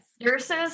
Nurses